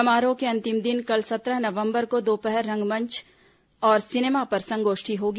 समारोह के अंतिम दिन कल सत्रह नवंबर को दोपहर रंगमंच और सिनेमा पर संगोष्ठी होगी